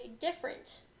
different